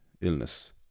illness